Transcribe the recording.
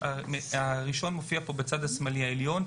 הראשון מופיע בצד השמאלי העליון,